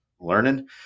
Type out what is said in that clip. learning